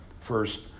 First